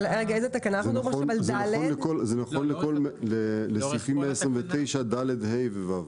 זה נכון לסעיפים 129(ד), (ה) ו-(ו).